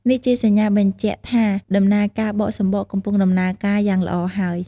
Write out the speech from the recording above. នេះជាសញ្ញាបញ្ជាក់ថាដំណើរការបកសម្បកកំពុងដំណើរការយ៉ាងល្អហើយ។